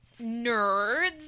nerds